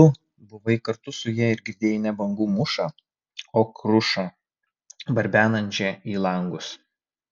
tu buvai kartu su ja ir girdėjai ne bangų mūšą o krušą barbenančią į langus